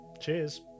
cheers